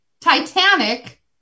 Titanic